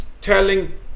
telling